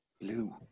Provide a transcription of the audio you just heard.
Blue